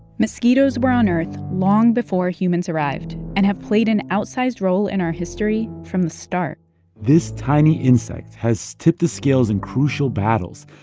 mosquitoes were on earth long before humans arrived and have played an outsized role in our history from the start this tiny insect has tipped the scales in crucial battles,